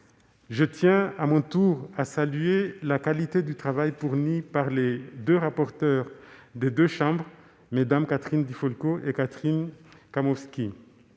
Je tiens à mon tour à saluer la qualité du travail fourni par les rapporteurs des deux chambres, Mmes Catherine Di Folco et Catherine Kamowski.